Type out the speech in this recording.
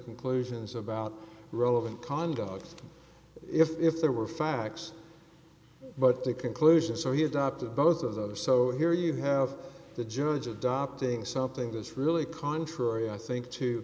conclusions about relevant conduct if there were facts but the conclusion so he adopted both of those so here you have the judge adopting something that's really contrary i think to